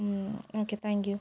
okay thank you